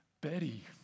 Betty